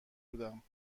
بودم